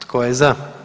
Tko je za?